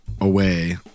away